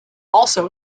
also